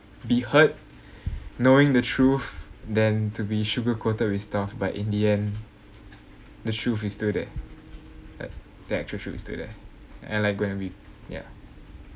be hurt knowing the truth than to be sugar-coated with stuff but in the end the truth is still there at~ the actual truth is still there and like going to be ya